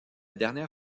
dernière